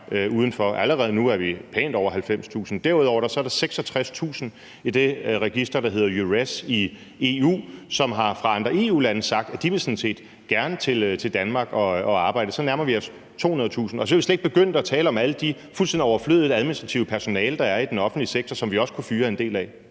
Allerede nu er vi på pænt over 90.000, og derudover er der 66.000 i det register i EU, der hedder EURES, og fra mange andre EU-landes side har de sagt, at de sådan set gerne vil til Danmark og arbejde. Så nærmer vi os 200.000, og så er vi slet ikke begyndt at tale om alt det fuldstændig overflødige administrative personale, der er i den offentlige sektor, og som vi også kunne fyre en del af.